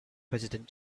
president